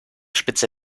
spitze